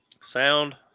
Sound